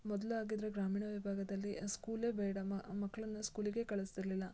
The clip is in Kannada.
ಮೊದಲಾಗಿದ್ರೆ ಗ್ರಾಮೀಣ ವಿಭಾಗದಲ್ಲಿ ಸ್ಕೂಲೇ ಬೇಡ ಮಕ್ಕಳನ್ನ ಸ್ಕೂಲಿಗೆ ಕಳಿಸ್ತಿರ್ಲಿಲ್ಲ